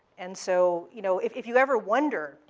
and so you know if if you ever wonder,